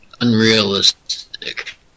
unrealistic